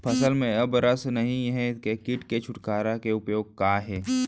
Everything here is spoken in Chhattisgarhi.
फसल में अब रस नही हे ये किट से छुटकारा के उपाय का हे?